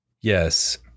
Yes